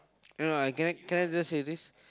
you know I can I can I just say this